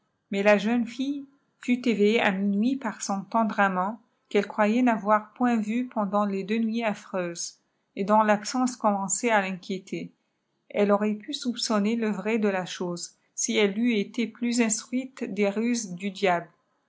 ïss la jéuriè fille fut éveillée h minuit par son tendre amant quelie croyait n avoir pdînt vu pendant les dem nuits afireuses et dont vabsence commençait à t inquiéter elle aurait pu soupçoiiner le vrai de la chose si elle eût été plus instruite des ruses du diable